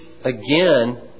again